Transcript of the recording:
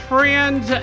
Friends